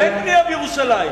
אין בנייה בירושלים.